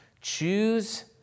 choose